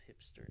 hipster